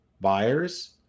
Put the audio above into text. buyers